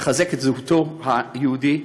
מחזק את זהותו היהודית.